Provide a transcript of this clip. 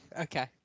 okay